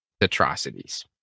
atrocities